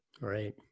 Right